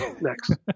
Next